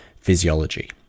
physiology